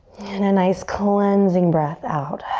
and a nice cleansing breath out.